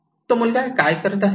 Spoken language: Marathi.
तो मुलगा काय करत आहे